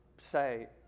say